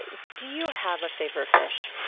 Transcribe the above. and do you have a favorite fish?